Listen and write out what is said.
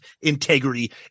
integrity